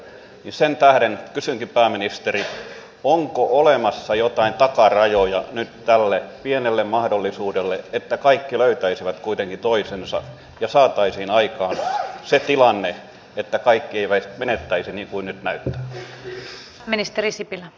sen tähden kysynkin pääministeri onko olemassa jotain takarajoja nyt tälle pienelle mahdollisuudelle että kaikki löytäisivät kuitenkin toisensa ja saataisiin aikaan se tilanne että kaikki eivät menettäisi niin kuin nyt näyttää